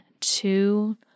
two